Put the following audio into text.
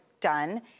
Done